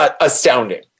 astounding